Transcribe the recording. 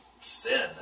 sin